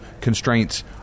constraints